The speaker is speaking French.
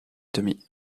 demie